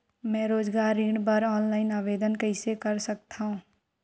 मैं रोजगार ऋण बर ऑनलाइन आवेदन कइसे कर सकथव?